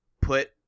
put